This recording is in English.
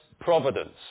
providence